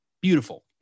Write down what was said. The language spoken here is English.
beautiful